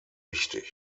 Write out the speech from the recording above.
wichtig